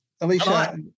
Alicia